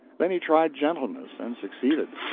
then he tried gentleness, and succeeded.